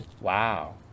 Wow